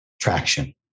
traction